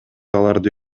аларды